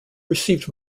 received